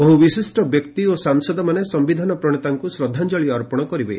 ବହୁ ବିଶିଷ୍ଟ ବ୍ୟକ୍ତି ଓ ସାଂସଦମାନେ ସୟିଧାନ ପ୍ରଣେତାଙ୍କୁ ଶ୍ରଦ୍ଧାଞ୍ଜଳି ଅର୍ପଣ କରିବେ